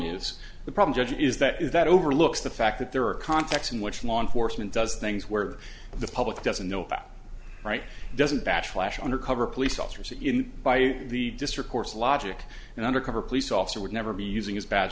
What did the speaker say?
is the problem is that is that overlooks the fact that there are contacts in which law enforcement does things where the public doesn't know about right doesn't bash flash undercover police officers even by the district courts logic and undercover police officer would never be using his badge